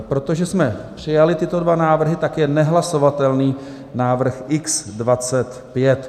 Protože jsme přijali tyto dva návrhy, tak je nehlasovatelný návrh X25.